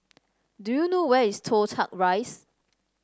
do you know where is Toh Tuck Rise